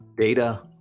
Data